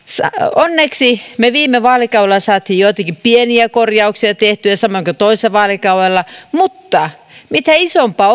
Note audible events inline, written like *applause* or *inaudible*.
onneksi me viime vaalikaudella saimme joitakin pieniä korjauksia tehtyä samoin kuin toissa vaalikaudella mutta mitään isompaa *unintelligible*